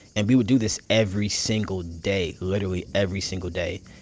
and we would do this every single day, literally every single day.